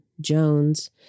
Jones